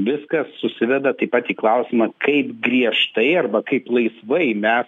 viskas susiveda taip pat į klausimą kaip griežtai arba kaip laisvai mes